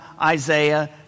Isaiah